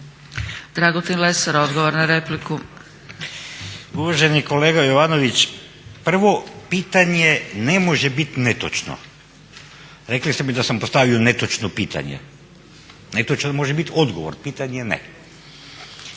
laburisti - Stranka rada)** Uvaženi kolega Jovanović, prvo pitanje ne može biti netočno. Rekli ste mi da sam postavio netočno pitanje. Netočan može biti odgovor, pitanje ne.